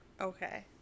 Okay